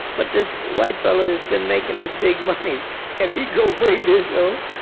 but this white fella that's been making this big money and he go bring this so